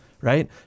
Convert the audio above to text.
right